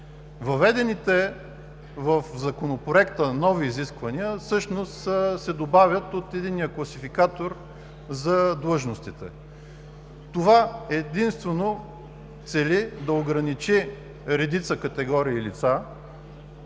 Въведените в Законопроекта нови изисквания всъщност се добавят от Единния класификатор за длъжностите. Това цели единствено да ограничи редица категории лица